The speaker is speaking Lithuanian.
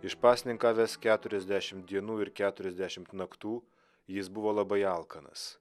išpasninkavęs keturiasdešim dienų ir keturiasdešimt naktų jis buvo labai alkanas